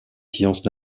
sciences